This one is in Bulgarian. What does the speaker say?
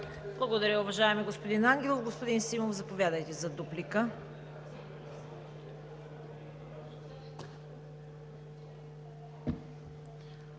Благодаря, уважаеми господин Ангелов. Господин Симов, заповядайте за дуплика.